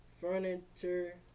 furniture